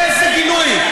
איזה גינוי?